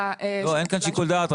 לא, אין כאן שיקול דעת.